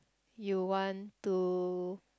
you want to